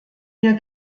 ihr